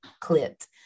clipped